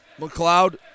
McLeod